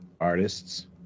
artists